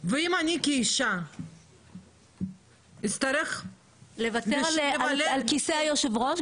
ואם אני כאישה אצטרך ל --- לוותר על כיסא היושב ראש,